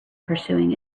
pursuing